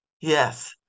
Yes